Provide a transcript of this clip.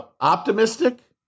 optimistic